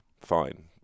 fine